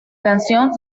canción